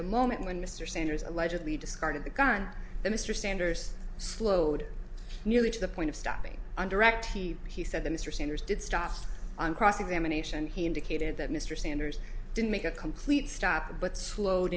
the moment when mr sanders allegedly discarded the gun the mr sanders slowed nearly to the point of stopping underactive he said to mr sanders did start on cross examination he indicated that mr sanders didn't make a complete stop but slowed